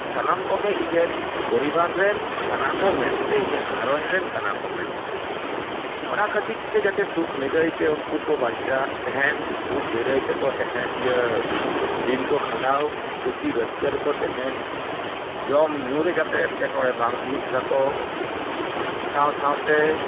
ᱥᱟᱱᱟᱢ ᱠᱚᱜᱮ ᱤᱧᱨᱮᱱ ᱯᱚᱨᱤᱵᱟᱨ ᱨᱮᱱ ᱠᱟᱱᱟ ᱠᱚ ᱢᱮᱱᱛᱛᱮ ᱤᱧᱟᱹᱜ ᱜᱷᱟᱨᱚᱧᱡᱽ ᱨᱮᱱ ᱠᱟᱱᱟ ᱠᱚ ᱢᱮᱱᱛᱮ ᱚᱱᱟ ᱠᱷᱟᱹᱛᱤᱨ ᱛᱮ ᱡᱟᱛᱮ ᱥᱩᱠ ᱱᱤᱨᱟᱹᱭᱛᱮ ᱩᱱᱠᱩ ᱠᱚ ᱵᱟᱧᱪᱟᱜ ᱛᱟᱦᱮᱱ ᱥᱩᱠ ᱱᱤᱨᱟᱹᱭ ᱛᱮᱠᱚ ᱠᱚ ᱛᱟᱦᱮ ᱤᱭᱟᱹ ᱫᱤᱱ ᱠᱚ ᱜᱷᱟᱸᱰᱟᱣ ᱠᱩᱥᱤ ᱨᱟᱹᱥᱠᱟᱹ ᱨᱮᱠᱚ ᱛᱟᱦᱮᱱ ᱡᱚᱢ ᱧᱩ ᱨᱮ ᱡᱟᱛᱮ ᱮᱴᱠᱮ ᱴᱚᱬᱮ ᱵᱟᱝ ᱦᱩᱭᱩᱜ ᱛᱟᱠᱚ ᱥᱟᱶ ᱥᱟᱶᱛᱮ